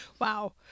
wow